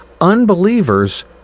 unbelievers